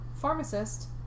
pharmacist